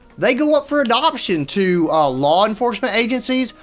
they go up for adoption to ah law enforcement agencies,